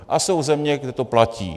A jsou země, kde to platí.